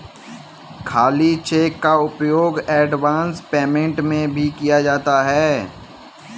खाली चेक का उपयोग एडवांस पेमेंट में भी किया जाता है